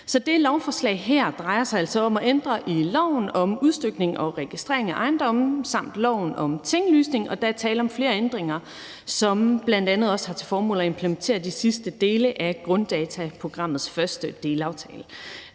Så det her lovforslag drejer sig altså om at ændre i loven om udstykning og registrering af ejendomme samt loven om tinglysning, og der er tale om flere ændringer, som bl.a. også har til formål at implementere de sidste dele af grunddataprogrammets første delaftale.